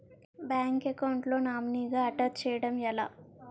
Bank account లో నామినీగా attach చేయడం ఎలా?